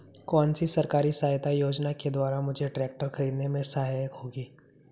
कौनसी सरकारी सहायता योजना के द्वारा मुझे ट्रैक्टर खरीदने में सहायक होगी?